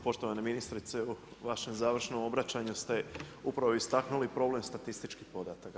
Poštovana ministrice u vašem završnom obraćanju ste upravo istaknuli problem statističkih podataka.